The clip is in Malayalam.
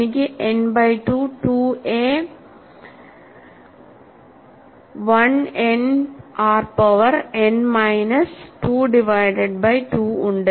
എനിക്ക് n by 2 A In r power n minus 2ഡിവൈഡഡ് ബൈ 2 ഉണ്ട്